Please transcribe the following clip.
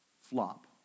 flop